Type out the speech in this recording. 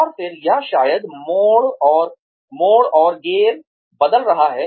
और फिर या शायद मोड़ और गियर बदल रहा है